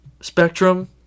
spectrum